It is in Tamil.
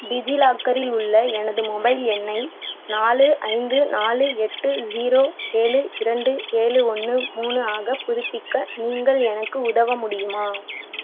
டிஜிலாக்கரில் உள்ள எனது மொபைல் எண்ணை நாலு ஐந்து நாலு எட்டு ஸீரோ ஏழு இரண்டு ஏழு ஒன்று மூணு ஆக புதுப்பிக்க நீங்கள் எனக்கு உதவ முடியுமா